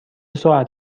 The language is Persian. ساعت